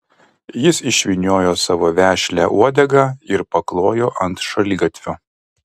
jis išvyniojo savo vešlią uodegą ir paklojo ant šaligatvio